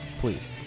Please